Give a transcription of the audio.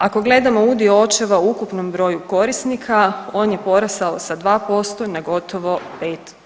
Ako gledamo udio očeva u ukupnom broju korisnika on je porastao sa 2% na gotovo 5%